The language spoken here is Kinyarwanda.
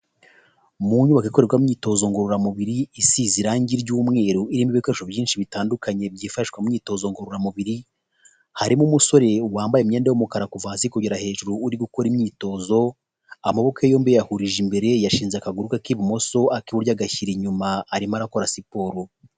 Mua nyubako ikoremoyitozo ngororamubiri isize irangi ry'umweru irimo ibikoresho byinshi bitandukanye byifashishwa mu imyitozo ngororamubiri ,harimo umusore wambaye imyenda y'umukara kuva hasi kugera hejuru uri gukora imyitozo amaboko yombi yahurije imbere ye yashinze akaguru ke k'ibumoso ak,'iburyo agashyira inyuma arimo arakora siporo.